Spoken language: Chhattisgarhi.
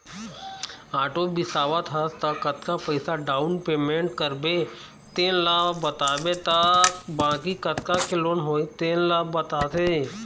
आटो बिसावत हस त कतका पइसा डाउन पेमेंट करबे तेन ल बताबे त बाकी कतका के लोन होही तेन ल बताथे